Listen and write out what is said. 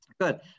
Good